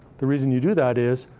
the reason you do that is,